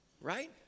Right